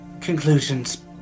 conclusions